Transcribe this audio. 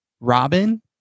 Robin